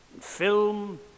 film